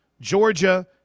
Georgia